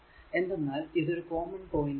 എന്തെന്നാൽ ഇത് ഒരു കോമൺ പോയിന്റ് ആണ്